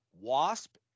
Wasp